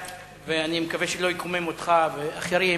ואני מקווה שזה לא יקומם אותך ואחרים,